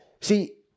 see